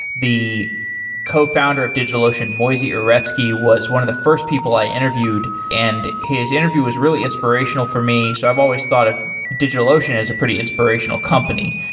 the cofounder of digitalocean, moisey uretsky, was one of the first people i interviewed, and his interview was really inspirational for me. so i've always thought of digitalocean as a pretty inspirational company.